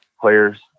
players